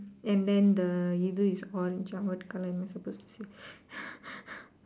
and then the you do is orange or what colour am I suppose to say